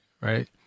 Right